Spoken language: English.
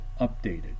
updated